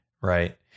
Right